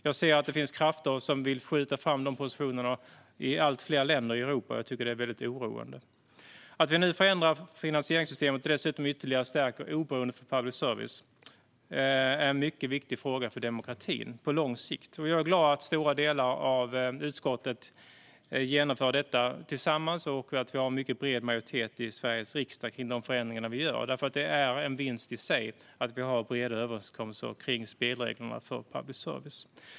Jag ser att det finns krafter som vill skjuta fram de positionerna i allt fler länder i Europa, och jag tycker att det är väldigt oroande. Att vi nu förändrar finansieringssystemet och dessutom ytterligare stärker oberoendet för public service är en mycket viktig fråga för demokratin på lång sikt. Jag är glad att stora delar av utskottet genomför detta tillsammans och att vi har en bred majoritet i Sveriges riksdag för de förändringar som vi gör. Det är en vinst i sig att vi har breda överenskommelser kring spelreglerna för public service.